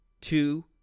two